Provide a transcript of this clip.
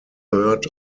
third